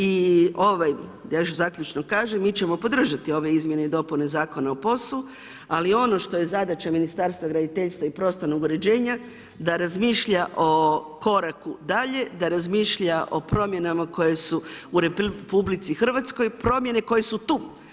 I da još zaključno kažem, mi ćemo podržati ove Izmjene i dopune Zakona o POS-u, ali ono što je zadaća Ministarstva graditeljstva i prostornog uređenja da razmišlja o koraku dalje, da razmišlja o promjenama koje su u RH, promjene koje su tu.